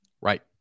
Right